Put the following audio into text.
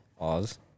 Oz